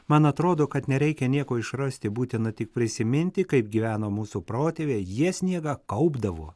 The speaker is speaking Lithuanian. man atrodo kad nereikia nieko išrasti būtina tik prisiminti kaip gyveno mūsų protėviai jie sniegą kaupdavo